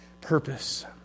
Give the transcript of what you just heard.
purpose